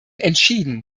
entschieden